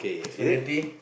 spaghetti